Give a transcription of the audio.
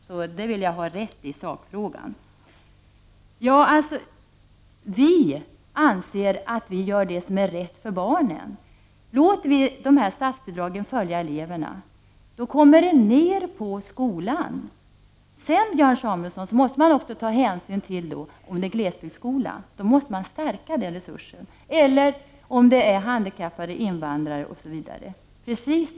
Jag vill alltså ha rätt i sakfrågan på den punkten. Vi i miljöpartiet anser att vi gör det som är rätt för barnen. Om vi låter statsbidragen följa eleverna kommer bidragen ner på skolans nivå. Men man måste också, Björn Samuelson, ta hänsyn till om det är fråga om en glesbygdsskola, en skola för handikappade, för invandrare osv. I så fall måste man stärka dessa resurser.